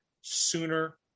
sooner